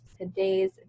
today's